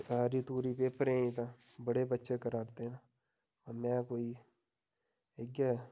त्यारी त्युरी पेपरेें गी ते बड़े बच्चे करा दे ते में कोई इ'यै